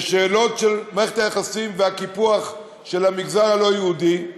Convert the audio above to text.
יש שאלות של מערכת היחסים והקיפוח של המגזר הלא-יהודי,